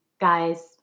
guys